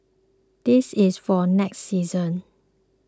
this is for next season